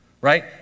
right